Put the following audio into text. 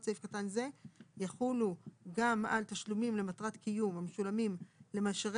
סעיף קטן זה יחולו גם על תשלומים למטרת קיום המשולמים למשרת